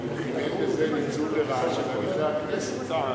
אם אין בזה ניצול לרעה של הליכי הכנסת.